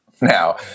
now